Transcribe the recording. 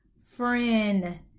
Friend